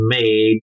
made